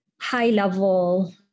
high-level